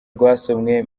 rwasomwe